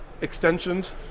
extensions